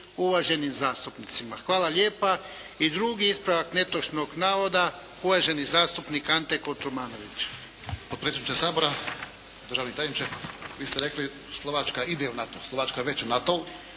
uvaženim zastupnicima. Hvala lijepa. I drugi ispravak netočnog navoda, uvaženi zastupnik Ante Kotromanović.